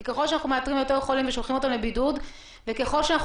כי ככל שאנחנו מאתרים יותר חולים ושולחים אותם לבידוד וככל שאנחנו